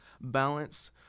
balance